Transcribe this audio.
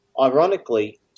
ironically